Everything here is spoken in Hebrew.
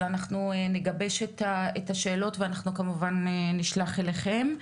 אבל אנחנו נגבש את השאלות ואנחנו כמובן נשלח אליכם.